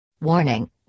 Warning